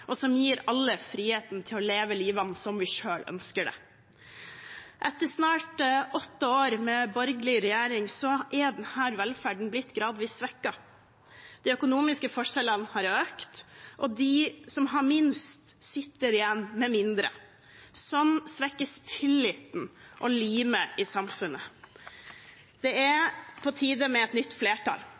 og som gir alle frihet til å leve livet som de selv ønsker det. Etter snart åtte år med borgerlig regjering er denne velferden blitt gradvis svekket. De økonomiske forskjellene har økt, og de som har minst, sitter igjen med mindre. Slik svekkes tilliten og limet i samfunnet. Det er på tide med et nytt flertall,